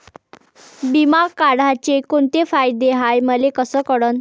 बिमा काढाचे कोंते फायदे हाय मले कस कळन?